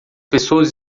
pessoas